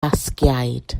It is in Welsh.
basgiaid